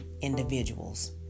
individuals